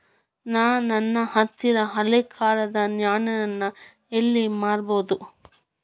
ನಾ ನನ್ನ ಹತ್ರಿರೊ ಹಳೆ ಕಾಲದ್ ನಾಣ್ಯ ನ ಎಲ್ಲಿ ಮಾರ್ಬೊದು?